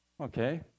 Okay